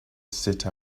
sit